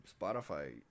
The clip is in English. Spotify